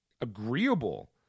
agreeable